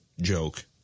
joke